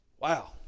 Wow